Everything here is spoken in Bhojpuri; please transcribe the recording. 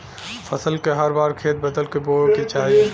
फसल के हर बार खेत बदल क बोये के चाही